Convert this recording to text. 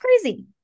crazy